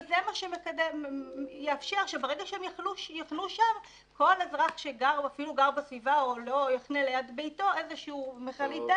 וזה מה שיאפשר שלא תחנה מכלית דלק ליד בתים של אנשים.